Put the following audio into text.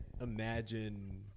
imagine